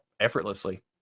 effortlessly